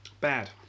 Bad